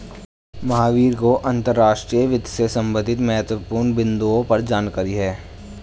महावीर को अंतर्राष्ट्रीय वित्त से संबंधित महत्वपूर्ण बिन्दुओं पर जानकारी है